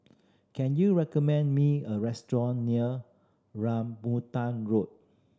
can you recommend me a restaurant near Rambutan Road